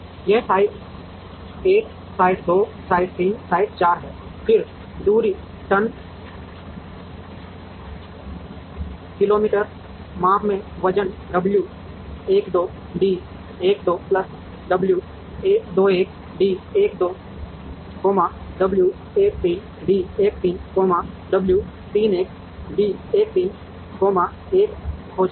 यह site 1 site 2 site 3 site 4 है फिर दूरी टन किलो मीटर माप में वजन W 1 2 D 1 2 plus W 2 1 D 1 2 W 1 3 D 1 3 W 3 1 D 1 3 1 हो जाएगा